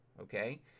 okay